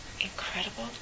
incredible